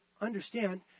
Understand